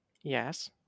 Yes